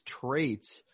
traits